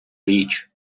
річ